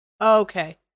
Okay